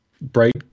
bright